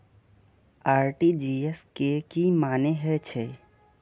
RTGS के की मानें हे छे?